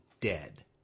dead